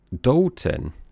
Dalton